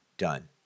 Done